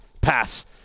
pass